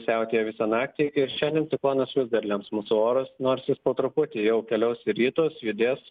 siautėjo visą naktį ir šiandien ciklonas visdar lems mūsų orus nors jis po truputį jau keliausi į rytus judės